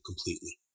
completely